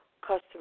customers